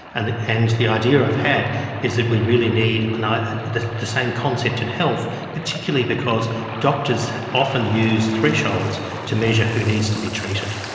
and the and the idea i've had is that we really need the the same concept in health, particularly because doctors often use thresholds to measure who needs to be treated.